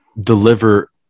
deliver